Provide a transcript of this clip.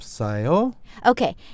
Okay